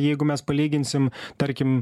jeigu mes palyginsim tarkim